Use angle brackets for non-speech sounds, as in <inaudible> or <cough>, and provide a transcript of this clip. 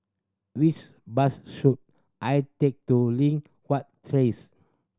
which bus should I take to Li Hwan <unintelligible>